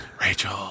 Rachel